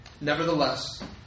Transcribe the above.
Nevertheless